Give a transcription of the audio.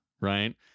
right